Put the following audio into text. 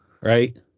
right